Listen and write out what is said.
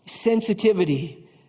sensitivity